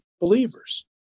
believers